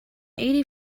eighty